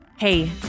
Hey